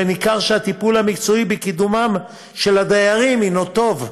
וניכר שהטיפול המקצועי לקידומם של הדיירים הוא טוב.